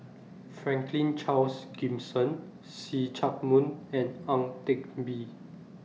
Franklin Charles Gimson See Chak Mun and Ang Teck Bee